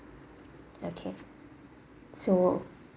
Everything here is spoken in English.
okay so